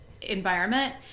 environment